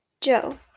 Joe